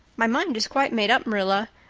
my mind is quite made up, marilla.